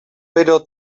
pero